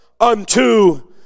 unto